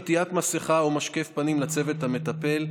עטיית מסכה או משקף פנים לצוות המטפל,